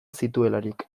zituelarik